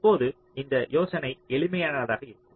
தற்போது இந்த யோசனை எளிமையானதாக இருக்கும்